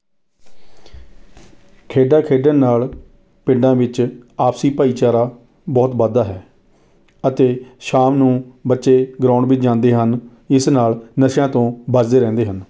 ਖੇਡਾਂ ਖੇਡਣ ਨਾਲ ਪਿੰਡਾਂ ਵਿੱਚ ਆਪਸੀ ਭਾਈਚਾਰਾ ਬਹੁਤ ਵੱਧਦਾ ਹੈ ਅਤੇ ਸ਼ਾਮ ਨੂੰ ਬੱਚੇ ਗਰਾਊਂਡ ਵਿੱਚ ਜਾਂਦੇ ਹਨ ਇਸ ਨਾਲ ਨਸ਼ਿਆਂ ਤੋਂ ਬਚਦੇ ਰਹਿੰਦੇ ਹਨ